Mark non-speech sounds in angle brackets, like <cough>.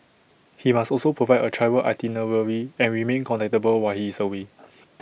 he must also provide A travel itinerary and remain contactable while he is away <noise>